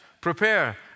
prepare